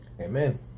Amen